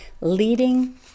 leading